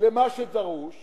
למה שדרוש.